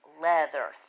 leather